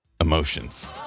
emotions